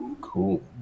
cool